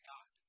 God